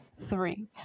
three